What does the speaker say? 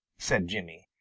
said jimmy.